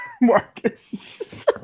Marcus